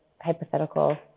hypothetical